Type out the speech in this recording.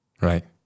right